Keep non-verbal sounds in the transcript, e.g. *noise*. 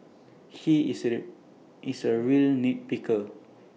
he *unintelligible* is A real nit picker